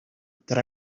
that